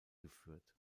geführt